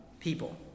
people